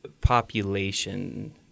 population